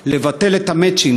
לבטל את המצ'ינג,